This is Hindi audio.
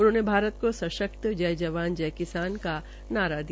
उन्होंने भारत को सशक्त जय जवान जय किसान का नारा दिया